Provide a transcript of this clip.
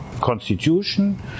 constitution